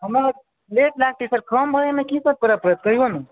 हमरा लेट लागतै sir form भरैमे की सब करऽ पड़तै सर कहिऔ ने